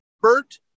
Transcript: Bert